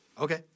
Okay